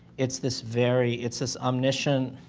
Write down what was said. it's this very. it's this omniscient,